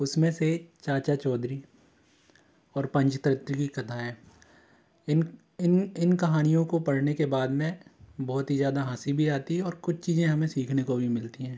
उस में से चाचा चौधरी और पंजतत्व की कथा है इन इन इन कहानियों को पढ़ने के बाद में बहुत ही ज़्यादा हंसी भी आती है और कुछ चीज़ें हमें सीखने को भी मिलती हैं